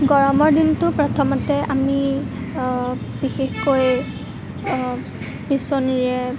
গৰমৰ দিনটো প্ৰথমতে আমি বিশেষকৈ বিচনীৰে